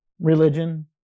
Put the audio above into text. religion